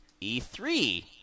E3